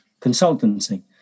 consultancy